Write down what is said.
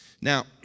Now